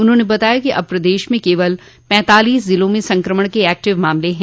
उन्होंने बताया कि अब प्रदेश में केवल पैंतालीस जिलों में संक्रमण के एक्टिव मामले हैं